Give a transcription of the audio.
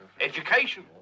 education